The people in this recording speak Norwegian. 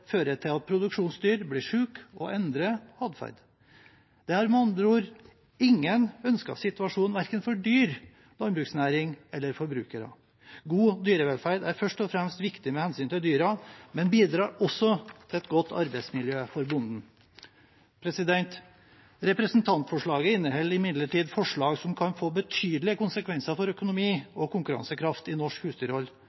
fører til at produksjonsdyr blir syke og endrer atferd. Det er med andre ord ingen ønsket situasjon verken for dyr, landbruksnæring eller forbrukere. God dyrevelferd er først og fremst viktig med hensyn til dyrene, men bidrar også til et godt arbeidsmiljø for bonden. Representantforslaget inneholder imidlertid forslag som kan få betydelige konsekvenser for økonomi